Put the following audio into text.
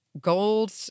gold